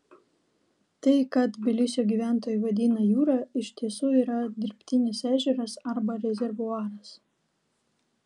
tai ką tbilisio gyventojai vadina jūra iš tiesų yra dirbtinis ežeras arba rezervuaras